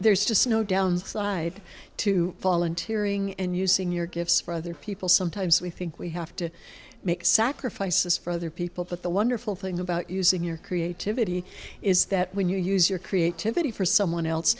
there's just no downside to volunteer eating and using your gifts for other people sometimes we think we have to make sacrifices for other people but the wonderful thing about using your creativity is that when you use your creativity for someone else